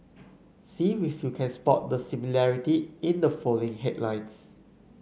see with you can spot the similarity in the following headlines